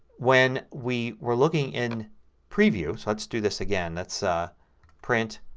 when we were looking in preview, let's do this again, let's ah print,